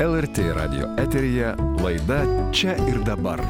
lrt radijo eteryje laida čia ir dabar